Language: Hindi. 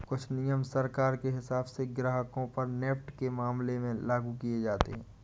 कुछ नियम सरकार के हिसाब से ग्राहकों पर नेफ्ट के मामले में लागू किये जाते हैं